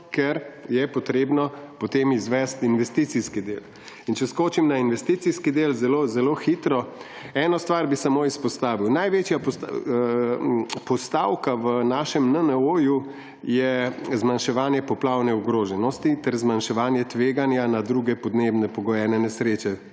ker je treba potem izvesti investicijski del. In če skočim na investicijski del, zelo hitro, bi eno stvar samo izpostavil. Največja postavka v našem NNOO je zmanjševanje poplavne ogroženosti ter zmanjševanje tveganja na druge podnebno pogojene, na nesreče